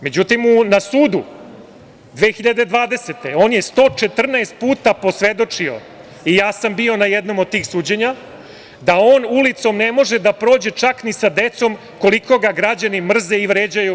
Međutim, na sudu, 2020. godine, on je 114 puta posvedočio, ja sam bio na jednom od tih suđenja, da on ulicom ne može da prođe čak ni sa decom, koliko ga građani mrze i vređaju.